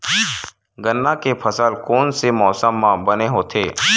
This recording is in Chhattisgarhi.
गन्ना के फसल कोन से मौसम म बने होथे?